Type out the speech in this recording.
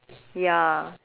ya